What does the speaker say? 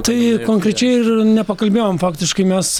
tai konkrečiai ir nepakalbėjom faktiškai mes